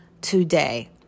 today